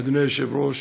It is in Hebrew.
אדוני היושב-ראש,